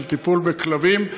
של טיפול בכלבים.